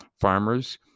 farmers